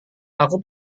aku